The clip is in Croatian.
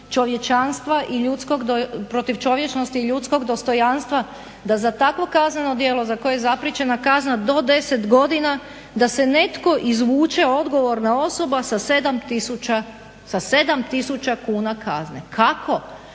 protiv čovječnosti i ljudskog dostojanstva da za takvo kazneno djelo za koje je zapriječena kazna do 10 godina da se netko izvuče odgovorna osoba sa 7 tisuća kuna kazne. Kako?